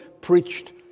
preached